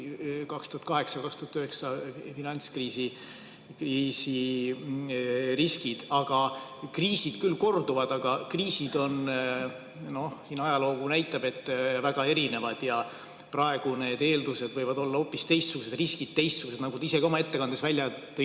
2008–2009 finantskriisi riskid. Kriisid küll korduvad, aga kriisid on, siin ajalugu näitab, väga erinevad. Praegu need eeldused võivad olla hoopis teistsugused, riskid teistsugused. Nagu te ise ka oma ettekandes välja tõite,